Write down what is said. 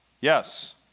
yes